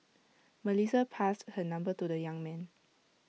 Melissa passed her number to the young man